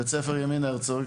בבית הספר "ימין הרצוג",